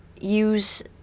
use